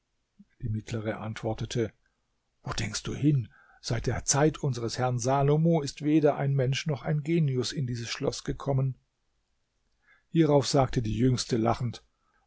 die mittlere antwortete wo denkst du hin seit der zeit unseres herrn salomo ist weder ein mensch noch ein genius in dieses schloß gekommen hierauf sagte die jüngste lachend